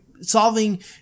solving